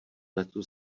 letu